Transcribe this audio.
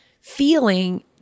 feeling